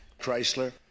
Chrysler